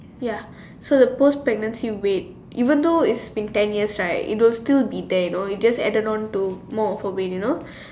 ya so the post pregnancy weight even though it's been ten years right it will still be there you know it just added on to more of her weight you know